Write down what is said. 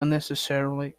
unnecessarily